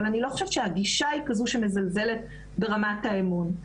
אבל אני לא חושבת שהגישה היא כזו שמזלזלת ברמת האמון.